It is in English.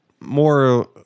more